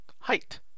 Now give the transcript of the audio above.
Height